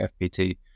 FPT